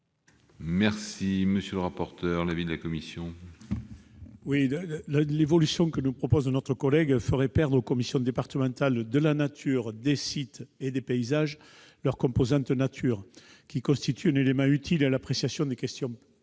existantes. Quel est l'avis de la commission ? L'évolution proposée par notre collègue ferait perdre aux commissions départementales de la nature, des sites et des paysages leur composante « nature », qui constitue un élément utile à l'appréciation des questions